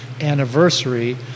anniversary